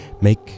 make